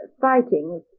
fighting